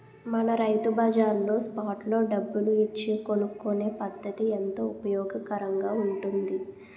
మన రైతు బజార్లో స్పాట్ లో డబ్బులు ఇచ్చి కొనుక్కునే పద్దతి ఎంతో ఉపయోగకరంగా ఉంటుంది